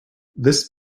this